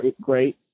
great